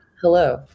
Hello